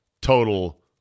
total